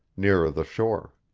nearer the shore.